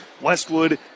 Westwood